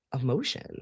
emotion